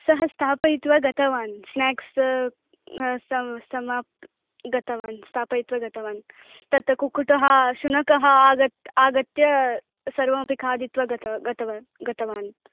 सः स्थापयित्वा गतवान् स्नेक्स् सं समाप् गतवान् स्थापयित्वा गतवान् तत् कुक्कुटः शुनकः आगतः आगत्य सर्वमपि खादित्वा गत गतवान् गतवान्